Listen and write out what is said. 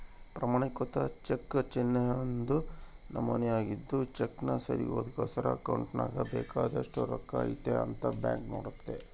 ಪ್ರಮಾಣಿಕೃತ ಚೆಕ್ ಚೆಕ್ನ ಒಂದು ನಮೂನೆ ಆಗಿದ್ದು ಚೆಕ್ನ ಸರಿದೂಗ್ಸಕ ಅಕೌಂಟ್ನಾಗ ಬೇಕಾದೋಟು ರೊಕ್ಕ ಐತೆ ಅಂತ ಬ್ಯಾಂಕ್ ನೋಡ್ತತೆ